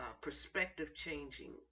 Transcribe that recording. perspective-changing